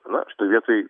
na šitoj vietoj